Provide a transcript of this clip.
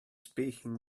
speaking